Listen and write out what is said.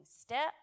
step